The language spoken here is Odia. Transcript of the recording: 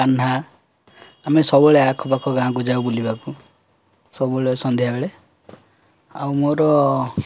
କାହ୍ନା ଆମେ ସବୁବେଳେ ଆଖପାଖ ଗାଁକୁ ଯାଉ ବୁଲିବାକୁ ସବୁବେଳେ ସନ୍ଧ୍ୟାବେଳେ ଆଉ ମୋର